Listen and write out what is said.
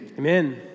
Amen